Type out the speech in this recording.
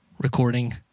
recording